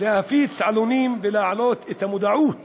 להפיץ עלונים ולהעלות את מודעות